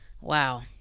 Wow